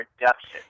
reduction